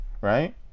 right